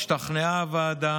השתכנעה הוועדה